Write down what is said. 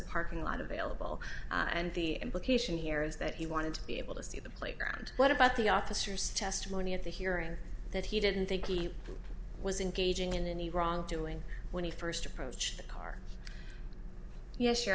parking lot of ailill and the implication here is that he wanted to be able to see the playground what about the officers testimony at the hearing that he didn't think he was engaging in any wrongdoing when he first approached the car yes your